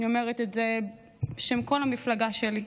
אני אומרת את זה בשם כל המפלגה שלי.